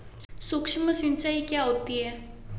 सुक्ष्म सिंचाई क्या होती है?